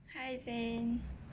hi zayn